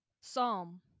Psalm